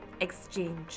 exchange